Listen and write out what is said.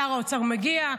שר האוצר מגיע,